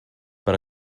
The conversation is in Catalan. per